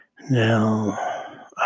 Now